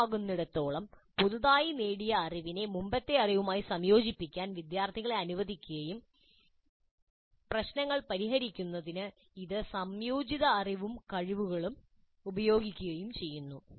സാധ്യമാകുന്നിടത്തോളം പുതുതായി നേടിയ അറിവിനെ മുമ്പത്തെ അറിവുമായി സംയോജിപ്പിക്കാൻ വിദ്യാർത്ഥികളെ അനുവദിക്കുകയും പ്രശ്നങ്ങൾ പരിഹരിക്കുന്നതിന് ഈ സംയോജിത അറിവും കഴിവുകളും ഉപയോഗിക്കുകയും ചെയ്യുന്നു